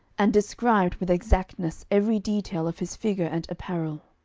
and described with exactness every detail of his figure and apparel.